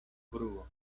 bruo